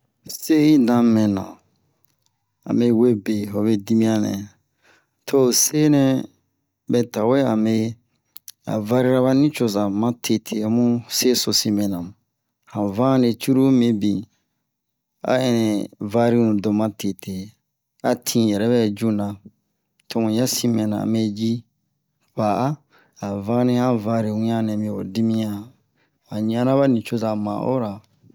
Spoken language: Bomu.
Se yi na mɛna a mɛ we be hobe dimiyan nɛ to ho se nɛ mɛ tawe a me a varira ba nicoza ma tete ho mu seso sin mɛna mu han vane cururu mibin a ɛnɛ varinu do ma tete a tin yɛrɛ bɛ juna to muya sin mɛna a me ji pa'a a vari han vane wiyan nɛ mi ho dimiyan a ɲana ba nicoza ma'ora